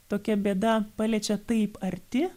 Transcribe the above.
tokia bėda paliečia taip arti